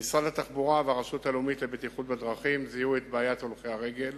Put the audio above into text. במשרד התחבורה והרשות הלאומית לבטיחות בדרכים זיהו את בעיית הולכי-הרגל